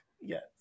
Yes